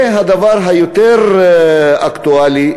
והדבר היותר אקטואלי,